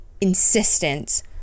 insistence